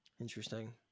Interesting